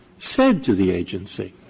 said to the agency,